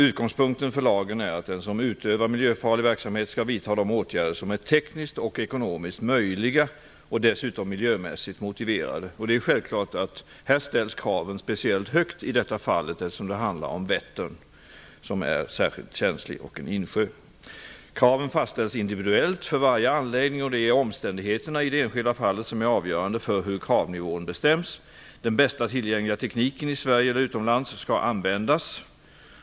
Utgångspunkten för lagen är att den som utövar miljöfarlig verksamhet skall vidta de åtgärder som är tekniskt och ekonomiskt möjliga och dessutom är miljömässigt motiverade. Det är självklart att kraven ställs speciellt högt i detta fall, eftersom det handlar om Vättern, som är en insjö och är särskilt känslig. Kraven fastställs individuellt för varje anläggning, och det är omständigheterna i det enskilda fallet som är avgörande för hur kravnivån bestäms. Den bästa tillgängliga tekniken i Sverige eller utomlands skall användas.